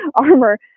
armor